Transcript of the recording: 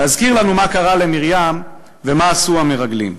להזכיר לנו מה קרה למרים ומה עשו המרגלים.